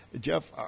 Jeff